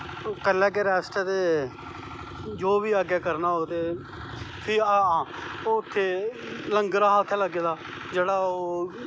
करी लैग्गे रैस्ट ते जो बी अग्गैं करनां होग ओह् फिर उत्थैं लंगर हा उत्थें लग्गे दा जेेह्ड़ा